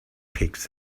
pigs